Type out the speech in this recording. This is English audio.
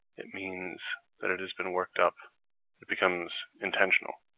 it means that it has been worked up it becomes intentional,